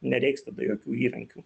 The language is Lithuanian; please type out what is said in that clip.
nereiks tada jokių įrankių